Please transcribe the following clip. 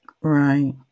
Right